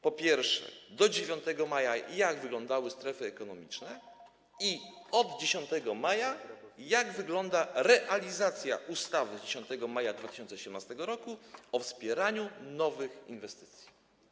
Po pierwsze, do 9 maja, jak wyglądały strefy ekonomiczne, i od 10 maja, jak wygląda realizacja ustawy z 10 maja 2018 r. o wspieraniu nowych inwestycji.